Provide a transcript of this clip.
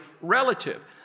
relative